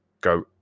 go